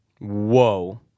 Whoa